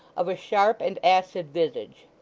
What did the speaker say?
of a sharp and acid visage.